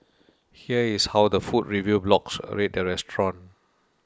here is how the food review blogs rate the restaurant